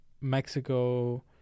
Mexico